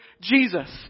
Jesus